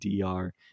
DR